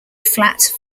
flat